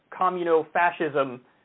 communo-fascism